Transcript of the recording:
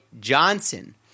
Johnson